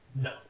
No